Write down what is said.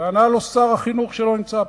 וענה לו שר החינוך שלא נמצא פה,